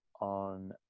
on